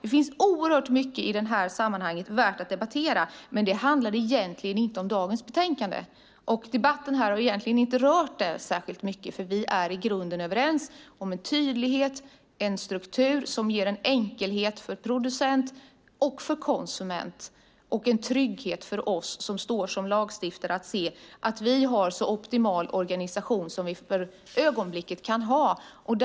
Det finns oerhört mycket som är värt att debattera i det här sammanhanget, men det handlar egentligen inte dagens betänkande om. Debatten här har inte berört det särskilt mycket, för vi är i grunden överens om en tydlighet och en struktur som ger en enkelhet för producent och konsument. Det handlar om en trygghet för oss som står som lagstiftare och om att vi har en så optimal organisation som vi för ögonblicket kan ha. Herr talman!